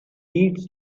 needs